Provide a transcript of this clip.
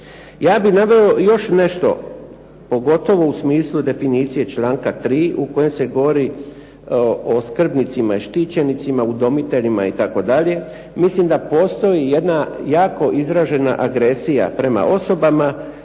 Ja bih naveo još nešto, pogotovo u smislu definicije članka 3. u kojem se govori o skrbnicima, štićenicima, udomiteljima itd., mislim da postoji jedna jako izražena agresija prema osobama